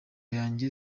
yanjye